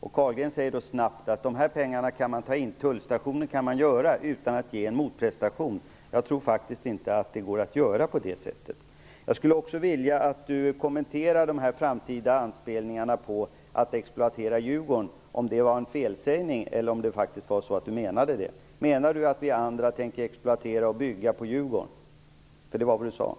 Carlgren säger då snabbt att dessa pengar kan tas in, att tullstationer kan införas utan någon motprestation. Jag tror faktiskt inte att det går att göra på det sättet. Jag skulle också vilja att Andreas Carlgren kommenterade anspelningarna på att vi i framtiden vill exploatera Djurgården. Var det en felsägning, eller menade han faktiskt vad han sade? Menar Andreas Carlgren att vi andra tänker exploatera Djurgården och bygga där? Det var vad han sade.